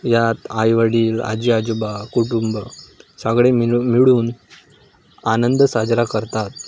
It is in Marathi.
यात आईवडील आजी आजोबा कुटुंब सगळे मिळ मिळून आनंद साजरा करतात